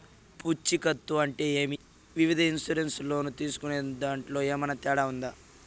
పూచికత్తు అంటే ఏమి? వివిధ ఇన్సూరెన్సు లోను తీసుకునేదాంట్లో ఏమన్నా తేడా ఉందా?